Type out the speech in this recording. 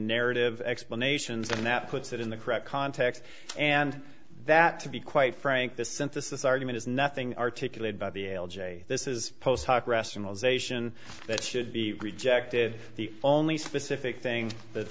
narrative explanations and that puts it in the correct context and that to be quite frank the synthesis argument is nothing articulated by the l j this is post hoc rationalization that should be rejected the only specific thing that